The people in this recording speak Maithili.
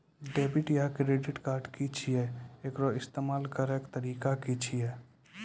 डेबिट या क्रेडिट कार्ड की छियै? एकर इस्तेमाल करैक तरीका की छियै?